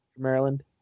Maryland